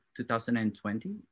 2020